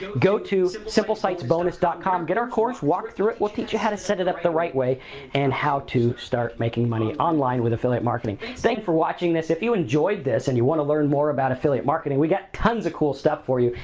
go to simplesitesbonus com, get our course, walk through it, we'll teach you how to set it up the right way and how to start making money online with affiliate marketing. thanks for watching this, if you enjoyed this and you wanna learn more about affiliate marketing, we got tons of cool stuff for you.